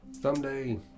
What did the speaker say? Someday